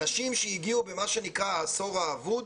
אנשים שהגיעו במה שנקרא "העשור האבוד"